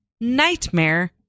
nightmare